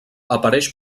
apareix